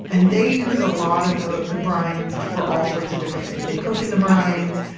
and they use a lot of the the brines for all sorts of different things. they cook in the brines,